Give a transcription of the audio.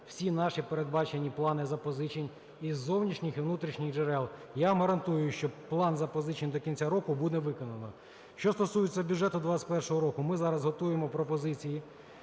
всі наші передбачені плани запозичень із зовнішніх і внутрішніх джерел. Я вам гарантую, що план запозичень до кінця року буде виконано. Що стосується бюджету 2021 року. Ми зараз готуємо пропозиції.